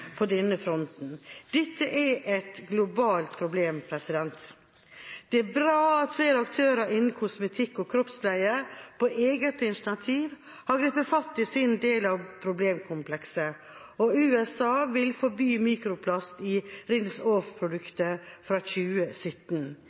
på denne fronten. Dette er et globalt problem. Det er bra at flere aktører innen kosmetikk og kroppspleie på eget initiativ har grepet fatt i sin del av problemkomplekset. USA vil forby mikroplast i «rinse off»-produkter fra 2017.